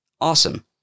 Awesome